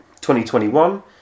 2021